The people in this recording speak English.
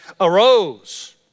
arose